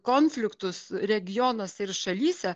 konfliktus regionuose ir šalyse